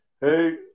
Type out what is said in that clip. Hey